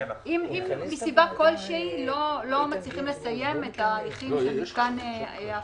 אם מסיבה כלשהי לא מצליחים לסיים את ההליכים של מתקן ההתפלה?